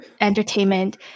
entertainment